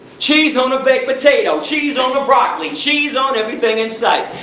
cheese on a baked potato, cheese on the broccoli, cheese on everything in sight.